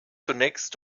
zunächst